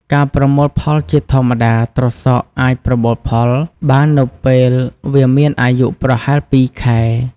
ការប្រមូលផលជាធម្មតា ត្រសក់អាចប្រមូលផលបាននៅពេលវាមានអាយុប្រហែល ២ ខែ។